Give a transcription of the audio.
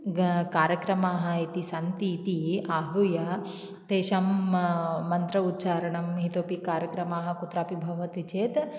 कार्यक्रमाः इति सन्ति इति आहूय तेषां मन्त्र उच्चारणम् इतोऽपि कार्यक्रमः कुत्रापि भवति चेत्